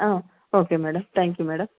okay madam thank you madam